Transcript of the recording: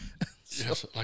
Yes